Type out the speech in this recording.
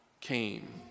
came